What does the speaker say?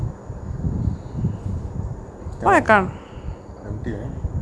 mm empty eh